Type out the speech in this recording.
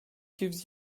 gives